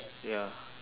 ya